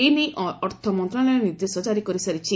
ଏ ନେଇ ଅର୍ଥମନ୍ତ୍ରଣାଳୟ ନିର୍ଦ୍ଦେଶ ଜାରି କରିସାରିଛି